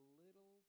little